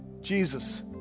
Jesus